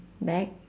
bag